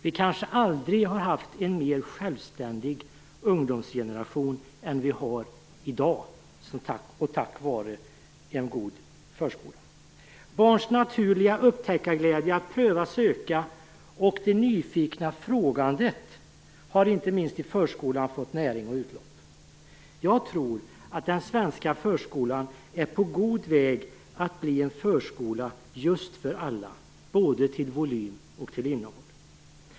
Vi kanske aldrig har haft en mer självständig ungdomsgeneration än vi har i dag, tack vare en god förskola. Barns naturliga upptäckarglädje, deras lust att pröva och söka och deras nyfikna frågande har fått näring och utlopp inte minst i förskolan. Jag tror att den svenska förskolan är på god väg att bli just en förskola för alla, både till volym och till innehåll.